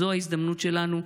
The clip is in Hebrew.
זאת ההזדמנות שלנו.